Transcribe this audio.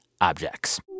Objects